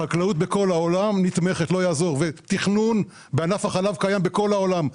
חקלאות בכל העולם היא נתמכת ותכנון בענף החלב קיים בכל העולם,